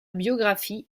biographie